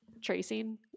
tracing